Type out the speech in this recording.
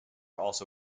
also